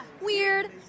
Weird